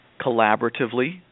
collaboratively